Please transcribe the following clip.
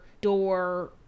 door